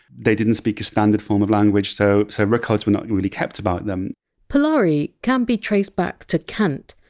they didn't speak a standard form of language. so sort of records were not really kept about them polari can be traced back to cant,